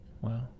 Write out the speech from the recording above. Wow